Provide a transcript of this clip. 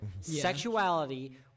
sexuality